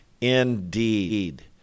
indeed